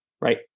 right